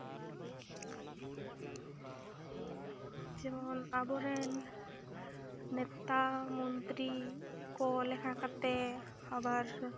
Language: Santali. ᱡᱮᱢᱚᱱ ᱟᱵᱚ ᱨᱮᱱ ᱱᱮᱛᱟ ᱢᱚᱱᱛᱨᱤ ᱠᱚ ᱞᱮᱠᱟ ᱠᱟᱛᱮ ᱟᱵᱟᱨ